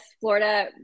Florida